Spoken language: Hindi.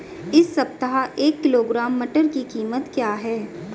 इस सप्ताह एक किलोग्राम मटर की कीमत क्या है?